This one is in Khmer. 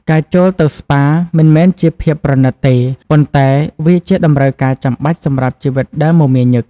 ការចូលទៅស្ប៉ាមិនមែនជាភាពប្រណីតទេ ប៉ុន្តែវាជាតម្រូវការចាំបាច់សម្រាប់ជីវិតដែលមមាញឹក។